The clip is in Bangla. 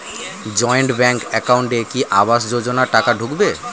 জয়েন্ট ব্যাংক একাউন্টে কি আবাস যোজনা টাকা ঢুকবে?